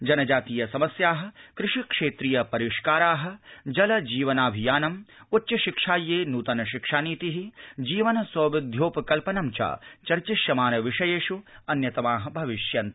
जनजातीय समस्या कृषिक्षेत्रीय परिष्कारा जल जीवनाभियानम् उच्चशिक्षायै नृतन शिक्षानीति जीवन सौविध्योपकल्पनं च चर्चिष्यमाण विषयेष् अन्यतमा भविष्यन्ति